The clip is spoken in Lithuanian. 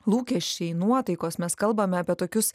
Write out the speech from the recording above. lūkesčiai nuotaikos mes kalbame apie tokius